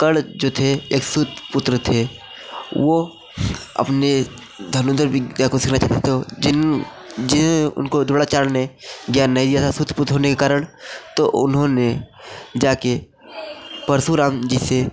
कर्ण जो थे एक सुत पुत्र थे वो अपने धनुधर विद्या को जिन जिन उनको द्रोणाचार्य ने ज्ञान नहीं दिया था सुत पुत्र होने के कारण तो उन्होंने जाके परशुराम जी से